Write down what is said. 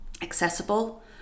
accessible